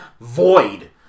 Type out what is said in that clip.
void